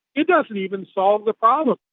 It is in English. it doesn't even solve the problem,